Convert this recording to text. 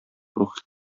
рухи